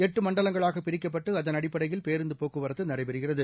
எட்டுமண்டலங்களாகபிரிக்கப்பட்டு அதன் அடிப்படையில் பேருந்துபோக்குவரத்துநடைபெறுகிறது